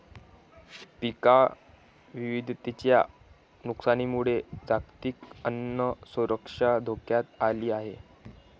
पीक विविधतेच्या नुकसानामुळे जागतिक अन्न सुरक्षा धोक्यात आली आहे